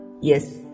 Yes